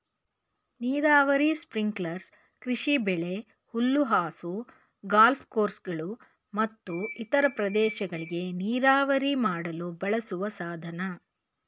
ನೀರಾವರಿ ಸ್ಪ್ರಿಂಕ್ಲರ್ ಕೃಷಿಬೆಳೆ ಹುಲ್ಲುಹಾಸು ಗಾಲ್ಫ್ ಕೋರ್ಸ್ಗಳು ಮತ್ತು ಇತರ ಪ್ರದೇಶಗಳಿಗೆ ನೀರಾವರಿ ಮಾಡಲು ಬಳಸುವ ಸಾಧನ